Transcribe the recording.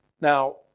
Now